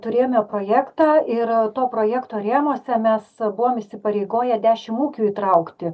turėjome projektą ir to projekto rėmuose mes buvom įsipareigoję dešimt ūkių įtraukti